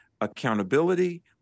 accountability